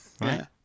right